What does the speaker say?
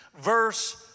verse